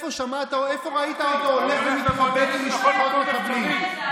איפה ראית אותו הולך ומתחבק עם משפחות מחבלים?